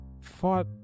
fought